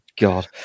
god